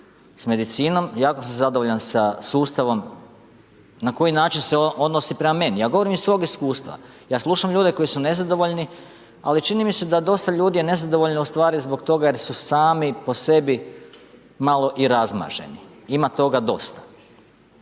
s medicinom, jako sam zadovoljan sa sustavom na koji način se odnosi prema meni. Ja govorim iz svog iskustva. Ja slušam ljudi koji su nezadovoljni, ali čini mi se da dosta ljudi je nezadovoljno ustvari zbog toga jer su sami po sebi malo i razmaženi, ima toga dosta.